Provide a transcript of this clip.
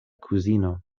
kuzino